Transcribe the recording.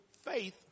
faith